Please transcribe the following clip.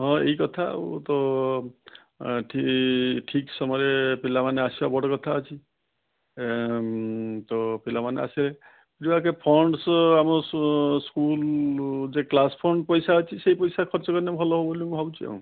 ହଁ ଏଇକଥା ଆଉ ତ ଏଠି ଠିକ୍ ସମୟରେ ପିଲାମାନେ ଆସିବା ବଡ଼ କଥାଅଛି ଏ ତ ପିଲାମାନେ ଆସିବେ ଯେଉଁରା ଟିକିଏ ଫଣ୍ଡ୍ସ ଆମ ସ୍କୁଲ୍ ଯେ କ୍ଲାସ୍ ଫଣ୍ଡ୍ସ୍ ପଇସା ଅଛି ସେଇ ପଇସା ଖର୍ଚ୍ଚ କଲେ ଭଲ ବୋଲି ମୁଁ ଭାବୁଛି ଆଉ